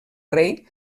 rei